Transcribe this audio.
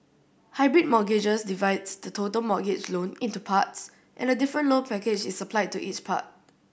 hybrid mortgages divides the total mortgage loan into parts and a different loan package is applied to each part